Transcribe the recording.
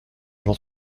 j’en